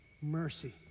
mercy